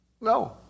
No